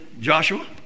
Joshua